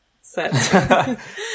set